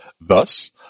Thus